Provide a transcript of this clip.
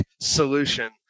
solution